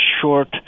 short